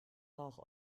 rauch